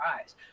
eyes